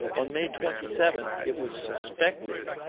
on may twenty seven, it was suspected.